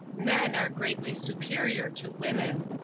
men are greatly superior to women.